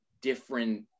different